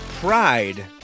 Pride